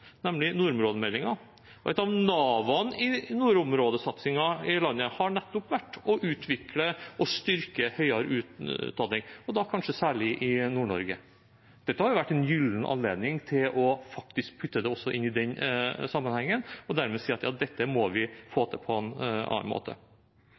nemlig nordområdemeldingen. Et av navene i nordområdesatsingen i landet har nettopp vært å utvikle og styrke høyere utdanning, og da kanskje særlig i Nord-Norge. Dette hadde vært en gyllen anledning til faktisk å putte det inn i den sammenhengen og dermed si at dette må vi få